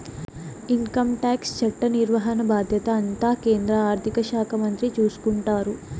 income tax చట్ట నిర్వహణ బాధ్యత అంతా కేంద్ర ఆర్థిక శాఖ మంత్రి చూసుకుంటారు